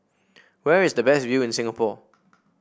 where is the best view in Singapore